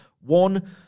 One